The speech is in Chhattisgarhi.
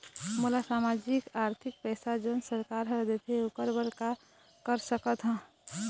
मोला सामाजिक आरथिक पैसा जोन सरकार हर देथे ओकर बर का कर सकत हो?